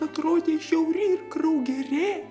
atrodei žiauri ir kraugerė